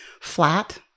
flat